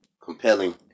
compelling